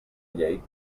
llei